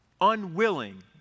Unwilling